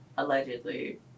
Allegedly